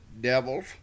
devils